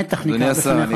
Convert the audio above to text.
המתח ניכר בפניך.